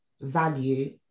value